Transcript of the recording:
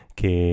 che